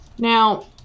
Now